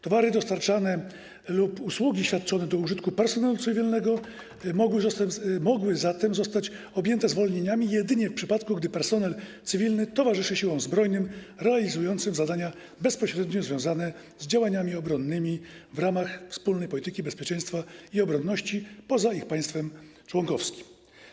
Towary dostarczane lub usługi świadczone na użytek personelu cywilnego mogły zatem zostać objęte zwolnieniami jedynie w przypadku, gdy personel cywilny towarzyszy siłom zbrojnym realizującym zadania bezpośrednio związane z działaniami obronnymi w ramach wspólnej polityki bezpieczeństwa i obronności poza ich państwem członkowskim.